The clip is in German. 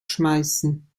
schmeißen